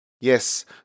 Yes